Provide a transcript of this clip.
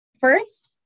First